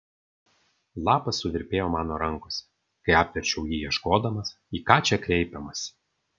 lapas suvirpėjo mano rankose kai apverčiau jį ieškodamas į ką čia kreipiamasi